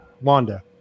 Wanda